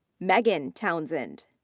megan townsend.